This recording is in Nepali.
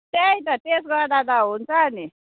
त्यही त टेस्ट गर्दा त हुन्छ नि